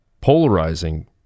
polarizing